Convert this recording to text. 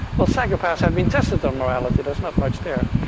well, psychopaths have been tested on morality, there's not much there.